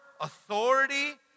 authority